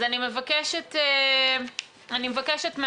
אז אני מבקשת מהאוצר,